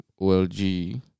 OLG